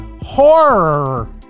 Horror